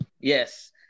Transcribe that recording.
Yes